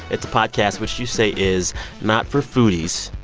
it's a podcast which you say is not for foodies.